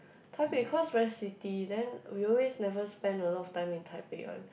Taipei because very city then we always never spend a lot time in Taipei one